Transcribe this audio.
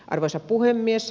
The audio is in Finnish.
arvoisa puhemies